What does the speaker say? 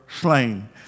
slain